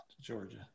georgia